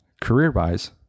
Career-wise